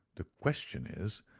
the question is,